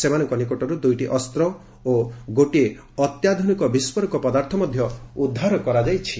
ସେମାନଙ୍କ ନିକଟରୁ ଦୁଇଟି ଅସ୍ତ ଓ ଏକ ଅତ୍ୟାଧୁନିକ ବିସ୍କୋରକ ପଦାର୍ଥ ଉଦ୍ଧାର କରାଯାଇଛି